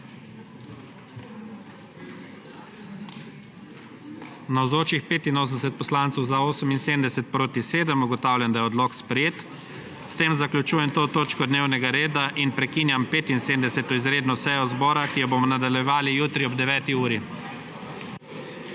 7. (Za je glasovalo 78.) (Proti 7.) Ugotavljam, da je odlok sprejet. S tem zaključujem to točko dnevnega reda in prekinjam 75. izredno sejo zbora, ki jo bomo nadaljevali jutri ob 9.